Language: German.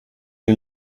den